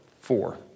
Four